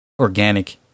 Organic